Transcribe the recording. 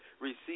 receive